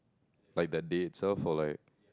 like the day itself or like